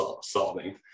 solving